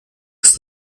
ist